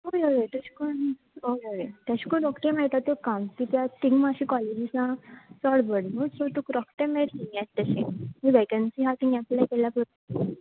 होय होय तेशकोन होय होय तेशकोन रोकडें मेळटो तुका काम कित्या तिंंगा मातशें कॉलेजीसा चड बरी न्ही तुका रोखडे मेळटलें हिंगा येता तशें वेकन्सी आहा तिंगा एपलाय केल्यार पुरो तुवें